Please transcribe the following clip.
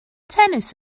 tennis